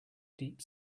deep